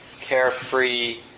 carefree